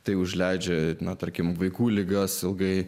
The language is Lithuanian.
tai užleidžia na tarkim vaikų ligas ilgai